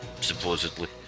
supposedly